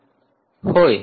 विद्यार्थी होय